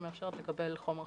שמאפשרת לקבל חומר חקירה,